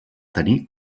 tenir